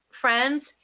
friends